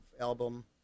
album